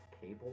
cable